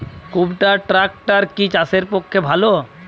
কুবটার ট্রাকটার কি চাষের পক্ষে ভালো?